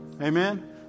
Amen